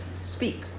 speak